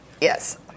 Yes